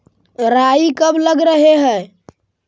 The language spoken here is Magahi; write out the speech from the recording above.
राई कब लग रहे है?